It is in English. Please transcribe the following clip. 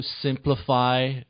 simplify